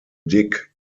dick